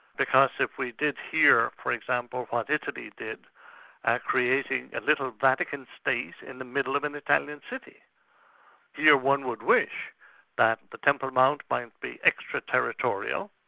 because if we did hear, for example what italy did at creating a little vatican state in the middle of an italian city here one would wish that the temple mount might be extraterritorial,